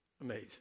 amazing